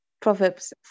Proverbs